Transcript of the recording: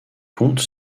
conte